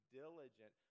diligent